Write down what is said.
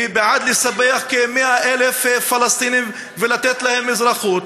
והיא בעד לספח כ-100,000 פלסטינים ולתת להם אזרחות.